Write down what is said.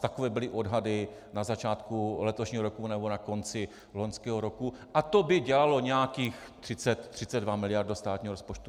Takové byly odhady na začátku letošního roku nebo na konci loňského roku a to by dělalo nějakých 30, 32 mld. do státního rozpočtu.